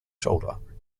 shoulder